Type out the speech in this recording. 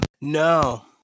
No